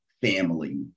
family